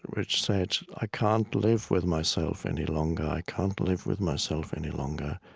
which said, i can't live with myself any longer. i can't live with myself any longer.